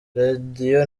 radio